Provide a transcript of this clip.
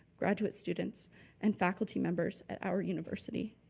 graduate students and faculty members at our university.